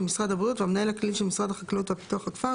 משרד הבריאות והמנהל הכללי של משרד החקלאות ופיתוח הכפר